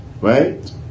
right